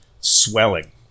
swelling